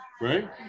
right